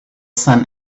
sun